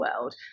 world